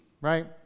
right